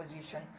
position